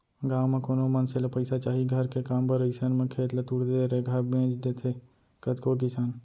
गाँव म कोनो मनसे ल पइसा चाही घर के काम बर अइसन म खेत ल तुरते रेगहा बेंच देथे कतको किसान